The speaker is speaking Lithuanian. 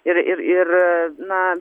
ir ir ir na